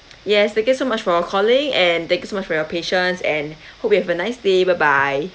yes thank you so much for calling and thank you so much for your patience and hope you'll have a nice day bye bye